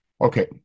Okay